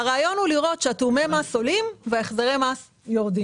הרעיון הוא לראות שתיאומי המס עולים והחזרי המס יורדים.